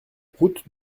route